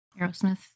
Aerosmith